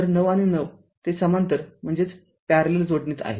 तर ९ आणि ९ ते समांतर जोडणीत आहेत